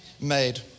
made